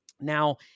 Now